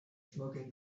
smoking